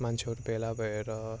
मान्छेहरू भेला भएर